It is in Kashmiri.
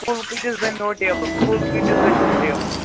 کُل کۭتِس بَنہِ نوٚو ٹیبُل کُل کۭتِس بَنہِ نوٚو ٹیبُل